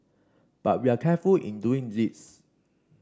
but we are careful in doing this